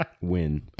Win